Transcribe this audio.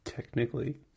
Technically